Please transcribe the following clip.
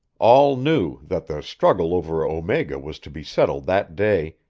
all knew that the struggle over omega was to be settled that day,